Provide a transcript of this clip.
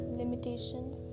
limitations